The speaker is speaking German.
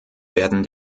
werden